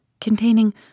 containing